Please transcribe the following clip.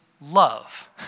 love